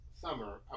summer